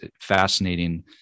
fascinating